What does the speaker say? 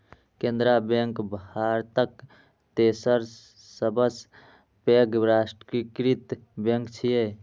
Canara bank भारतक तेसर सबसं पैघ राष्ट्रीयकृत बैंक छियै